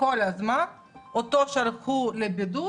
כל הזמן, אותו שלחו לבידוד